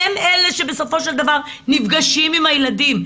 הם אלה שבסופו של דבר נפגשים עם הילדים,